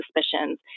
suspicions